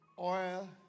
Oil